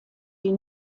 die